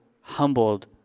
humbled